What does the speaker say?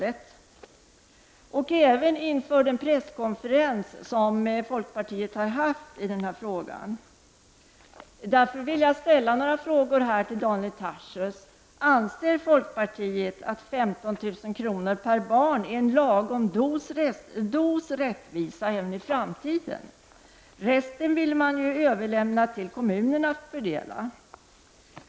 Det har också uppstått en del frågetecken med anledning av den presskonferens som folkpartiet har haft om denna fråga. Därför vill jag ställa några frågor till Daniel Tarschys. Anser folkpartiet att 15 000 kr. per barn är en lagom dos rättvisa även i framtiden? Resten vill ju folkpartiet överlämna till kommunerna att fördela.